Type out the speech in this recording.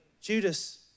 Judas